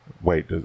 Wait